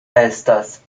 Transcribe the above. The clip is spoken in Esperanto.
estas